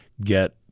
get